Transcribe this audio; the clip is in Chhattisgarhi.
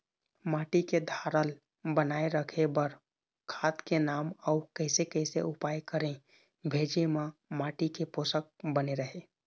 माटी के धारल बनाए रखे बार खाद के नाम अउ कैसे कैसे उपाय करें भेजे मा माटी के पोषक बने रहे?